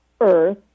earth